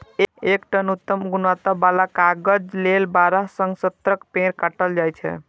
एक टन उत्तम गुणवत्ता बला कागज लेल बारह सं सत्रह पेड़ काटल जाइ छै